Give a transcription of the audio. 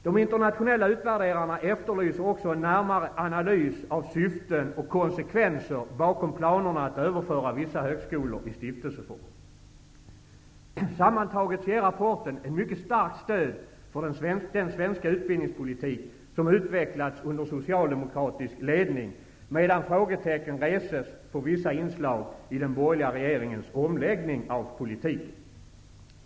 De internationella utvärderarna efterlyser också en närmare analys av syften och konsekvenser bakom planerna att överföra vissa högskolor i stiftelseform. Sammantaget ger rapporten ett mycket starkt stöd för den svenska utbildningspolitik som utvecklats under socialdemokratisk ledning, medan frågor reses om vissa inslag i den borgerliga regeringens omläggning av politiken.